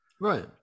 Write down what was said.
right